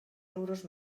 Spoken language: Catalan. euros